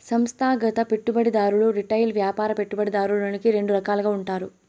సంస్థాగత పెట్టుబడిదారులు రిటైల్ వ్యాపార పెట్టుబడిదారులని రెండు రకాలుగా ఉంటారు